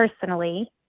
personally